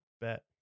Bet